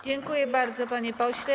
Dziękuję bardzo, panie pośle.